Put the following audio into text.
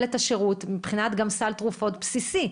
את השירות גם מבחינת סל תרופות בסיסי.